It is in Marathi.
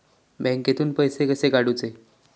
बँकेतून पैसे कसे काढूचे?